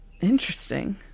Interesting